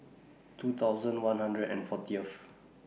two thousand one hundred and fortieth